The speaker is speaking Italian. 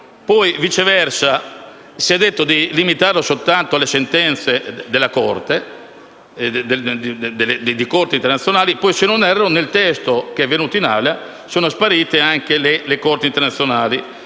Poi, viceversa si è detto di limitarlo soltanto alle sentenze delle corti internazionali e, se non erro, nel testo pervenuto in Aula sono sparite anche le corti internazionali.